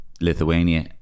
Lithuania